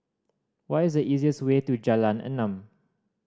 what is the easiest way to Jalan Enam